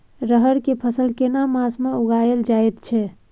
रहर के फसल केना मास में उगायल जायत छै?